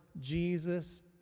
Jesus